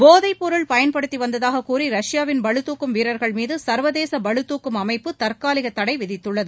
போதைப் பொருள் பயன்படுத்தி வந்ததாக கூறி ரஷ்யாவின் பளுத்தூக்கும் வீரர்கள் மீது சர்வதேச பளுதூக்கும் அமைப்பு தற்காலிக தடைவிதித்துள்ளது